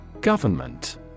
Government